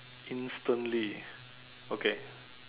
instantly okay